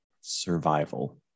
survival